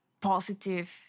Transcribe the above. positive